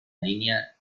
línea